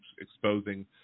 exposing